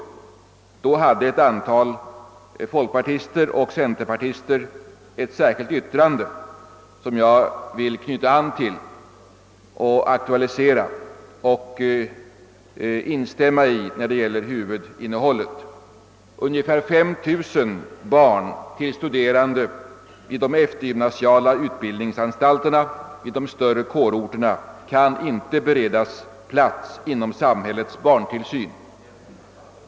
Vid denna punkt hade ett antal folkpartister och centerpartister avgivit ett särskilt yttrande, vars huvudinnehåll jag vill knyta an till, aktualisera och instämma i. Ungefär 5 000 barn till studerande i de eftergymnasiala utbildningsanstalterna på de större kårorterna kan inte beredas plats genom samhällets barntillsyn.